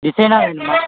டிஸைனா வேணுமா